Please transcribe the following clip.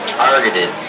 targeted